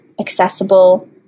accessible